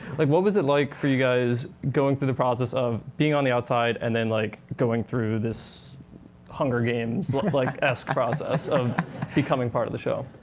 like what was it like for you guys going through the process of being on the outside, and then like going through this hunger games like likesque process of becoming part of the show?